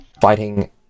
fighting